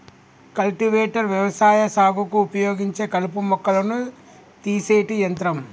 cultivator వ్యవసాయ సాగుకు ఉపయోగించే కలుపు మొక్కలను తీసేటి యంత్రం